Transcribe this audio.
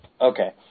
Okay